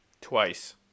twice